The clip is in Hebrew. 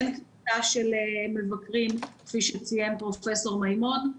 אין כניסה של מבקרים כפי שציין פרופ' מימון.